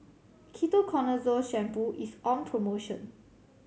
Ketoconazole Shampoo is on promotion